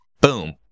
boom